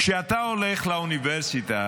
כשאתה הולך לאוניברסיטה,